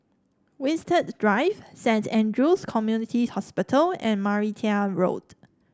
Winstedt Drive Saint Andrew's Community Hospital and Martia Road